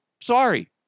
Sorry